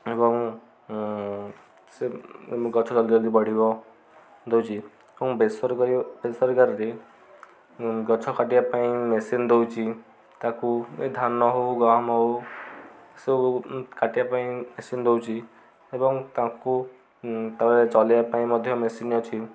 ଏବଂ ସେ ଗଛ ଜଲଦି ଜଲଦି ବଢ଼ିବ ଦଉଛି ଏବଂ ବେସରକାରୀ ବେସରକାରୀରେ ଗଛ କାଟିବା ପାଇଁ ମେସିନ୍ ଦଉଛି ତାକୁ ଏ ଧାନ ହଉ ଗହମ ହଉ ଏସବୁ କାଟିବା ପାଇଁ ମେସିନ୍ ଦଉଛି ଏବଂ ତାଙ୍କୁ ତାପରେ ଚଲେଇବା ପାଇଁ ମଧ୍ୟ ମେସିନ୍ ଅଛି